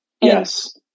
Yes